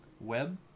web